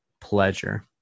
pleasure